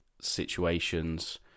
Situations